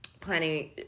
planning